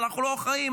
אנחנו לא אחראים,